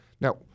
Now